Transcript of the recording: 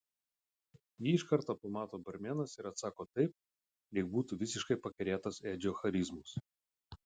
jį iš karto pamato barmenas ir atsako taip lyg būtų visiškai pakerėtas edžio charizmos